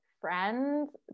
friends